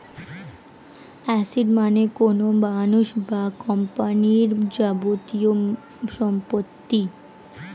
asset মানে কোনো মানুষ বা কোম্পানির যাবতীয় সম্পত্তি